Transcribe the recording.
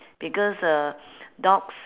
because uh dogs